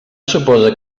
suposa